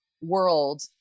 world